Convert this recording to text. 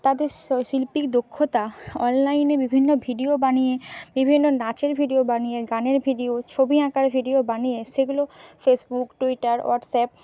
তাদের শিল্পিক দক্ষতা অনলাইনে বিভিন্ন ভিডিও বানিয়ে বিভিন্ন নাচের ভিডিও বানিয়ে গানের ভিডিও ছবি আঁকার ভিডিও বানিয়ে সেগুলো ফেসবুক ট্যুইটার হোয়াটসঅ্যাপ